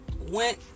went